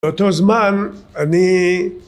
באותו זמן אני